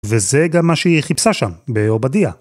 וזה גם מה שהיא חיפשה שם, בעובדיה.